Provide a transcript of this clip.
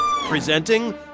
Presenting